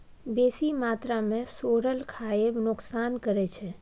बेसी मात्रा मे सोरल खाएब नोकसान करै छै